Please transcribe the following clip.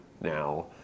now